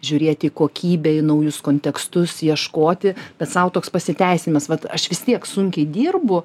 žiūrėti į kokybę į naujus kontekstus ieškoti bet sau toks pasiteisinimas kad aš vis tiek sunkiai dirbu